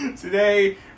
today